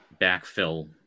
backfill